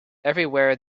everywhere